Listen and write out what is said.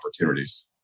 opportunities